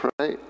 right